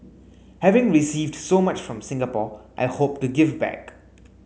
having received so much from Singapore I hope to give back